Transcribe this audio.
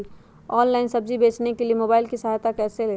Online सब्जी बेचने के लिए मोबाईल की सहायता कैसे ले?